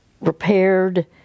repaired